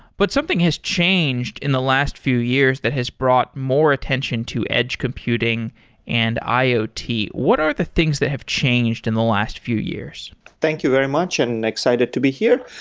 but something has changed in the last few years that has brought more attention to edge computing and iot. what are the things that have changed in the last few years? thank you very much, and excited to be here.